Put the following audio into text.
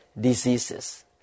diseases